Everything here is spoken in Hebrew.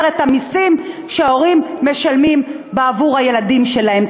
את המסים שההורים משלמים בעבור הילדים שלהם.